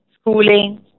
schooling